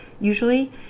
usually